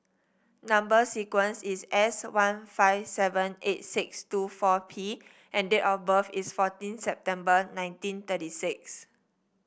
number sequence is S one five seven eight six two four P and date of birth is fourteen September nineteen thirty six